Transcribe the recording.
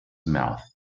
mouth